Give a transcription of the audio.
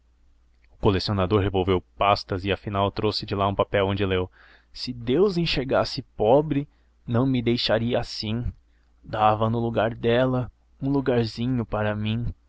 colecionador revolveu pastas e afinal trouxe de lá um papel onde leu se deus enxergasse pobre não me deixaria assim dava no coração dela um lugarzinho pra mim